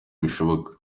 bishoboka